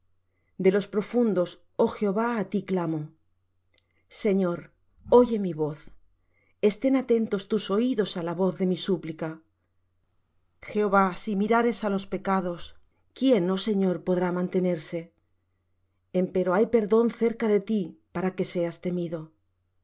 de los profundos oh jehová á ti clamo señor oye mi voz estén atentos tus oídos a la voz de mi súplica jah si mirares á los pecados quién oh señor podrá mantenerse empero hay perdón cerca de ti para que seas temido